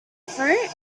fruit